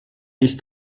ist